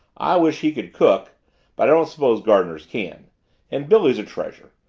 i wish he could cook but i don't suppose gardeners can and billy's a treasure.